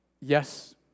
Yes